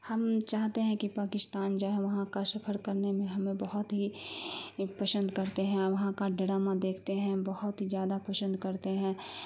ہم چاہتے ہیں کہ پاکستان جائیں وہاں کا سفر کرنے میں ہمیں بہت ہی پسند کرتے ہیں اور وہاں کا ڈڑامہ دیکھتے ہیں بہت ہی زیادہ پسند کرتے ہیں